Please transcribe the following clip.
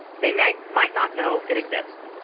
they might might not know it exists,